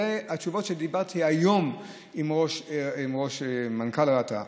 אלה התשובות שקיבלתי היום עם מנכ"ל רת"א.